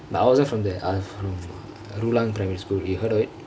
but I wasn't from there I was from rulangk primary school you heard of it